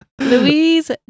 Louise